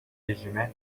rejime